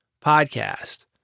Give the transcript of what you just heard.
podcast